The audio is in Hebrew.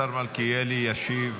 השר מלכיאלי ישיב